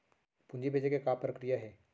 पूंजी भेजे के का प्रक्रिया हे?